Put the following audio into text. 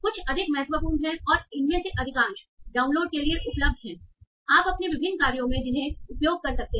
कुछ अधिक महत्वपूर्ण हैं और इनमें से अधिकांश डाउनलोड के लिए उपलब्ध हैं और आप अपने विभिन्न कार्यों में उपयोग कर सकते हैं